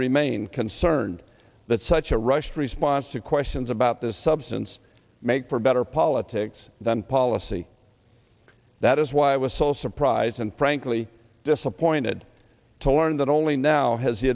concerned that such a rush to response to questions about this substance make for better politics than policy that is why i was so surprised and frankly disappointed to learn that only now has the